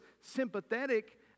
sympathetic